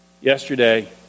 Yesterday